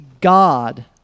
God